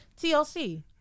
TLC